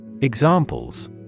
Examples